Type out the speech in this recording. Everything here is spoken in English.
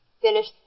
finished